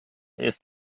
ist